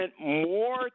more